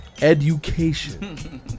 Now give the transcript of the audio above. Education